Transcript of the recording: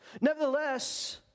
Nevertheless